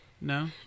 No